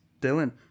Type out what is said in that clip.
Dylan